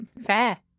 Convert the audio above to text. fair